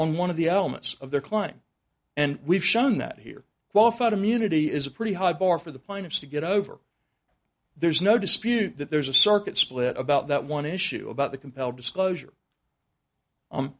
on one of the elements of the climb and we've shown that here well fed immunity is a pretty high bar for the plaintiffs to get over there's no dispute that there's a circuit split about that one issue about the compelled disclosure